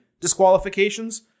disqualifications